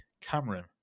Cameron